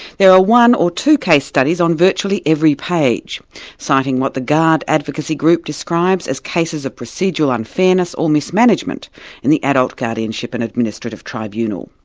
there are one or two case studies on virtually every page citing what the gard advocacy group describes as cases of procedural unfairness or mismanagement in the adult guardianship and administrative tribunal.